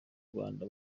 rwanda